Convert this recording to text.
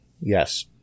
Yes